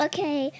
Okay